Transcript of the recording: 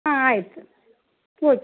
ಹಾಂ ಆಯ್ತು ಓ